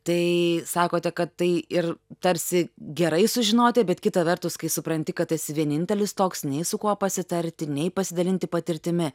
tai sakote kad tai ir tarsi gerai sužinoti bet kita vertus kai supranti kad esi vienintelis toks nei su kuo pasitarti nei pasidalinti patirtimi